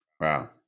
Wow